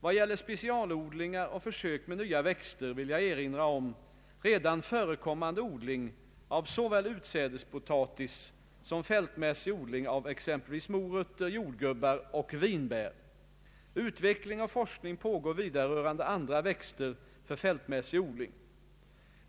Vad gäller specialodlingar och försök med nya växter vill jag erinra om redan förekommande odling av såväl utsädespotatis som fältmässig odling av exempelvis morötter, jordgubbar och vinbär. Utveckling och forskning pågår vidare rörande andra växter för fältmässig odling.